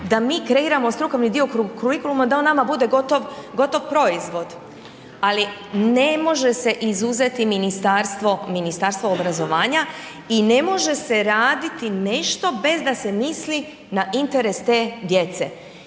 da mi kreiramo strukovni dio kurikuluma, da on nama bude gotovo proizvod ali ne može se izuzeti Ministarstvo obrazovanja i ne može se raditi nešto bez da se misli na interes te djece